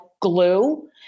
glue